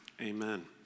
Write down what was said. Amen